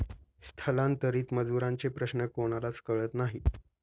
स्थलांतरित मजुरांचे प्रश्न कोणालाच कळत नाही